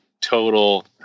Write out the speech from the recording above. total